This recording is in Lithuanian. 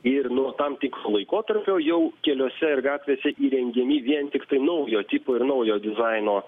ir nuo tam tikro laikotarpio jau keliuose ir gatvėse įrengiami vien tiktai naujo tipo ir naujo dizaino